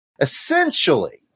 essentially